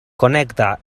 connecta